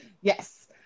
yes